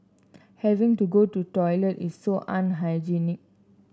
having to go to toilet is so unhygienic